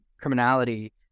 criminality